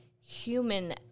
human